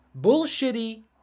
bullshitty